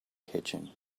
kitchen